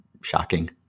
shocking